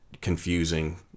confusing